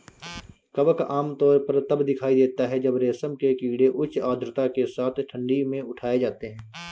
कवक आमतौर पर तब दिखाई देता है जब रेशम के कीड़े उच्च आर्द्रता के साथ ठंडी में उठाए जाते हैं